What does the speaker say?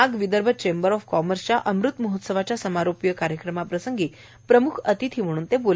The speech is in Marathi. नागविदर्भ चेंबर ऑफ कॉमर्सच्या अमृत महोत्सवाच्या समारोपीय कार्यक्रमाप्रसंगी प्रम्ख अतिथी म्हणून ते बोलत होते